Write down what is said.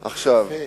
יפה.